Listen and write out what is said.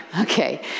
okay